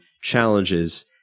challenges